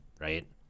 right